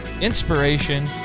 inspiration